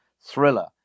thriller